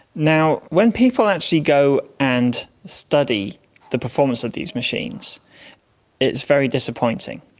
now, when people actually go and study the performance of these machines, it is very disappointing.